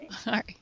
Sorry